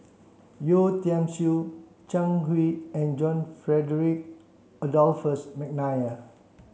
Yeo Tiam Siew Zhang Hui and John Frederick Adolphus McNair